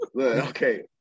Okay